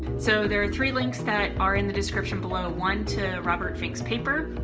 so there are three links that are in the description below, one to robert fink's paper,